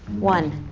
one.